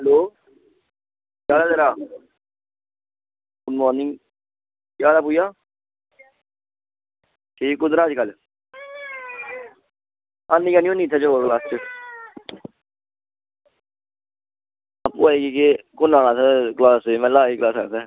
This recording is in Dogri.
हैल्लो केह् हाल ऐ तेरा गुडमार्निंग केह् हाल ऐ पूज़ा ठीक ऐ कुद्धर ऐ अज्ज कल आनी कैल्ली नी होनीं इत्थें योगा क्लास च अप्पू आई दागी कुसलै आनां क्लास खत्म होन आली इसलै